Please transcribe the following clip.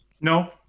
No